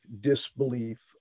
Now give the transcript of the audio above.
disbelief